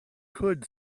could